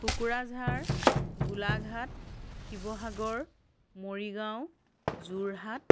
Kokrajhar Golaghat Sivasagar Morigaon Jorhat